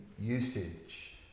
usage